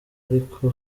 ariko